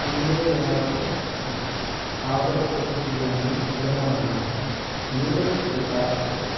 संयोजनार्थम् आवश्यकं धनं न्यूनीकृतम् अस्ति